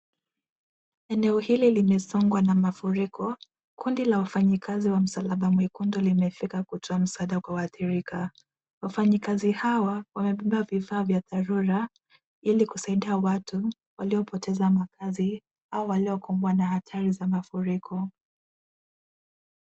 Eneo hili limesongwa na mafuriko. Kundi la wafanyakazi wa msalaba mwekundu limefika kutoa masaada kwa waadhirika. Wanafanyakazi hawa wamebeba vifaa vya dharura, ili kusaidia watu waliopoteza makazi au waliokumbwa na hatari za mafuriko.